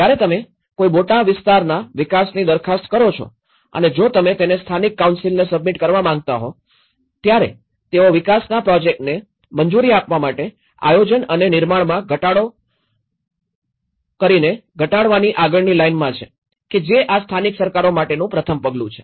જ્યારે તમે કોઈ મોટા વિસ્તારના વિકાસની દરખાસ્ત કરો છો અને જો તમે તેને સ્થાનિક કાઉન્સિલને સબમિટ કરવા માંગતા હો ત્યારે તેઓ વિકાસના પ્રોજેક્ટ્સને મંજૂરી આપવા માટે આયોજન અને નિર્માણમાં જોખમ ઘટાડવાની આગળની લાઇનમાં છે કે જે આ સ્થાનિક સરકારો માટેનું પ્રથમ પગલું છે